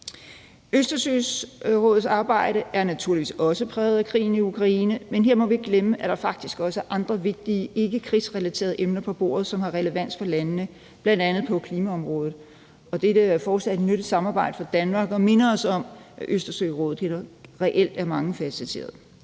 Østersørådets arbejdet er naturligvis også præget af krigen i Ukraine, men her må vi ikke glemme, at der faktisk også er andre vigtige, ikke krigsrelaterede emner på bordet, som har relevans for landene, bl.a. på klimaområdet, og dette er fortsat et nyttigt samarbejde for Danmark og minder os om, at Østersørådet reelt er mangefacetteret.